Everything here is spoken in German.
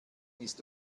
ist